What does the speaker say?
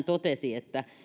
totesi että